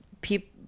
people